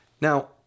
Now